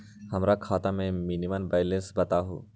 हमरा खाता में मिनिमम बैलेंस बताहु?